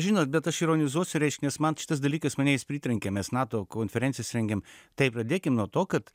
žinot bet aš ironizuosiu reiškia nes man šitas dalykas mane jis pritrenkė mes nato konferencijas rengiam tai pradėkim nuo to kad